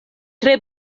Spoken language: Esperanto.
tre